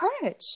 courage